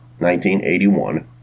1981